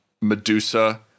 Medusa